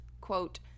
quote